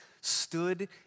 stood